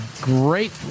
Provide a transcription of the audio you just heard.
great